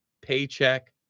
paycheck